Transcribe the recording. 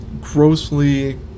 grossly